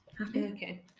Okay